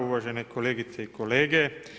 Uvažene kolegice i kolege.